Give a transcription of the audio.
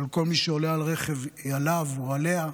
לכל מי שעולה על רכב היא עליו או עליה,